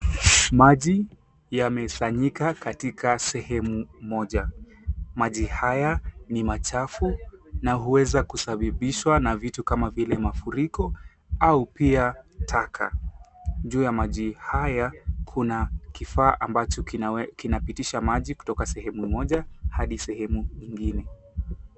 Maji yamesanyika katika sehemu moja. Maji haya ni machafu na huweza kusababishwa na vitu kama vile mafuriko au pia taka. Juu ya maji haya kuna kifaa ambacho kinapitisha maji kutoka sehemu moja hadi sehemu nyingine.